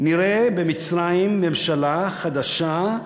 נראה במצרים ממשלה חדשה,